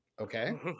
Okay